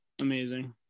amazing